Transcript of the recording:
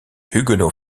huguenots